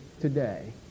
today